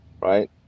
Right